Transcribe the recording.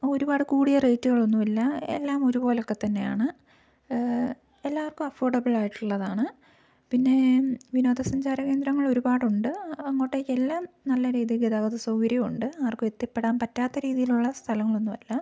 ഒരുപാട് കൂടിയ റേറ്റുകളൊന്നുമില്ല എല്ലാം ഒരു പോലെ ഒക്കെ തന്നെയാണ് എല്ലാവർക്കും അഫോർഡബിളായിട്ടുള്ളതാണ് പിന്നെ വിനോദസഞ്ചാര കേന്ദ്രങ്ങൾ ഒരുപാട് ഉണ്ട് അങ്ങോട്ടേക്ക് എല്ലാം നല്ല രീതിയിൽ ഗതാഗത സൗകര്യവും ഉണ്ട് ആർക്കും എത്തിപ്പെടാൻ പറ്റാത്ത രീതിയിലുള്ള സ്ഥലങ്ങളൊന്നും അല്ല